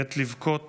עת לבכות